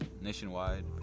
nationwide